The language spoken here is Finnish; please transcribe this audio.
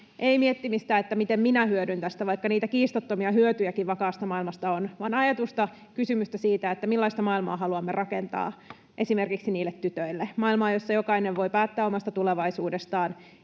sen miettimistä, miten minä hyödyn tästä — vaikka niitä kiistattomia hyötyjäkin vakaasta maailmasta on — vaan ajatusta, kysymystä siitä, millaista maailmaa haluamme rakentaa esimerkiksi niille tytöille, maailmaa, jossa jokainen voi päättää omasta tulevaisuudestaan,